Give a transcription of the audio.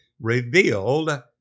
revealed